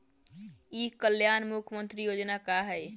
ई कल्याण मुख्य्मंत्री योजना का है?